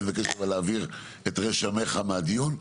אני מבקש להעביר את רשמיך מהדיון.